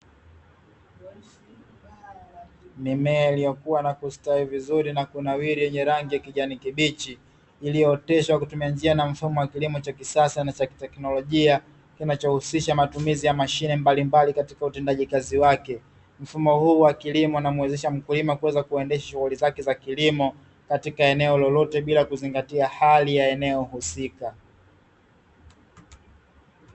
Mimea ilikua na kustawi vizuri na kunawiri, yenye rangi ya kijani kibichi, iliooteshwa kwa kutumia njia na mfumo wa kilimo cha kisasa na cha kiteknolojia, kinachohusisha matumizi ya mashine mbalimbali katika utendaji kazi wake. Mfumo huu wa kilimo unamuwezesha mkulima kuendesha shughuli zake za kilimo katika eneo lolote bila kuzingatia hali ya eneo husika.